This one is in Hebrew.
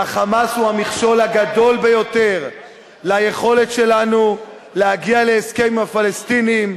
ה"חמאס" הוא המכשול הגדול ביותר ליכולת שלנו להגיע להסכם עם הפלסטינים,